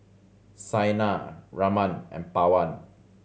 Saina Raman and Pawan